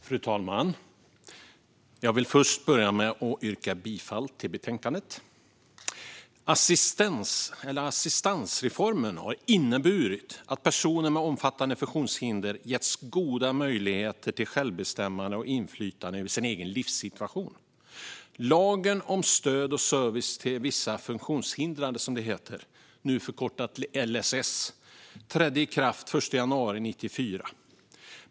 Fru talman! Jag vill börja med att yrka bifall till förslaget till beslut i betänkandet. Assistansreformen har inneburit att personer med omfattande funktionshinder getts goda möjligheter till självbestämmande och inflytande över sin egen livssituation. Lagen om stöd och service till vissa funktionshindrade, nu förkortad till LSS, trädde i kraft den 1 januari 1994.